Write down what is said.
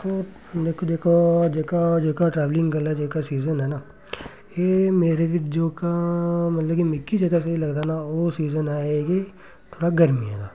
दिक्खो मिगी जेह्का जेह्का जेह्का ट्रैवलिंग आह्ला जेह्का सीजन ऐ न एह् मेरे बी जोह्का मतलब कि मिकी जेह्का स्हेई लगदा न ओह् सीजन ऐ एह् कि थोह्ड़ा गर्मियें दा